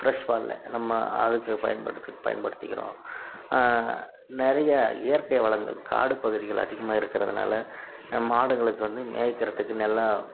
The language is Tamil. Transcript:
ஃபிரெஷ் பாலில் நம்ம ஆரோக்கியா பயன்படுத்தி பயன்படுத்திக்கறோம் நிறைய இயற்கை வளங்கள் காடு பகுதிகள் அதிகமாக இருக்கிறதனால நம்ம மாடுங்களுக்கு வந்து மேய்க்கிறத்துக்கு நல்ல